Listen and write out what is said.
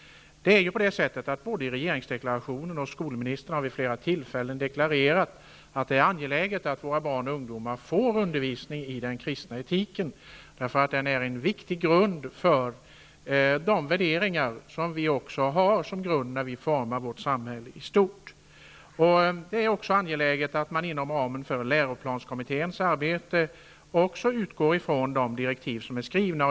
I regeringsdeklarationen står vad skolministern också vid flera tillfällen har deklarerat, nämligen att det är angeläget att våra barn och ungdomar får undervisning i den kristna etiken, eftersom den är en viktig grund för de värderingar vi också har som grund när vi formar vårt samhälle i stort. Det är också angeläget att man inom ramen för läroplanskommitténs arbete utgår från de direktiv som är skrivna.